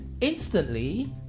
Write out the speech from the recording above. instantly